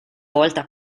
volta